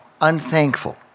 Unthankful